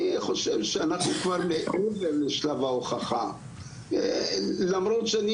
אני חושב שאנחנו כבר מעבר לשלב ההוכחה למרות שאני